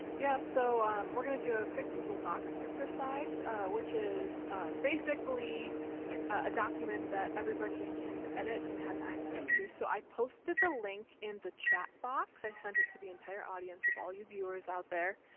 yeah so we're gonna do a quick google docs exercise, which is basically a document that everybody can edit and have access to. so i posted the link in the chat box, i send it to the entire audience of all you viewers out there.